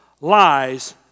lies